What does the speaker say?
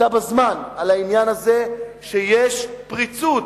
לפני שלוש שנים, על העניין הזה שיש פריצות